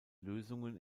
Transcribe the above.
lösungen